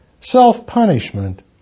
self-punishment